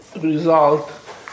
result